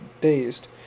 dazed